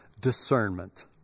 Discernment